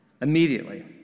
Immediately